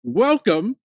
Welcome